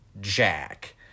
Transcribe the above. Jack